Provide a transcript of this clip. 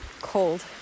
cold